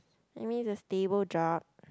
I mean it's a stable job